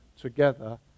together